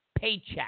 paycheck